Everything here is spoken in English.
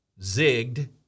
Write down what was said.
zigged